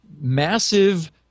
massive